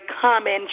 common